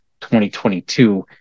2022